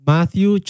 Matthew